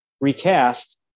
recast